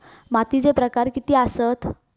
मातीचे प्रकार किती आसत?